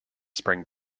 spring